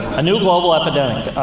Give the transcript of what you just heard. a new global epidemic.